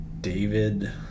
David